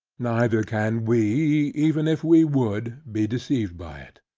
neither can we, even if we would, be deceived by it.